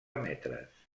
metres